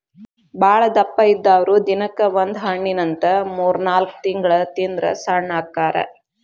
ಬಾಳದಪ್ಪ ಇದ್ದಾವ್ರು ದಿನಕ್ಕ ಒಂದ ಹಣ್ಣಿನಂತ ಮೂರ್ನಾಲ್ಕ ತಿಂಗಳ ತಿಂದ್ರ ಸಣ್ಣ ಅಕ್ಕಾರ